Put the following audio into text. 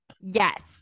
yes